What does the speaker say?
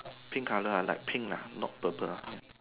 pink like pink lah not purple